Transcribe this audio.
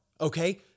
okay